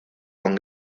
con